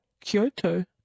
Kyoto